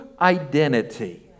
identity